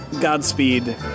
Godspeed